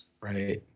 Right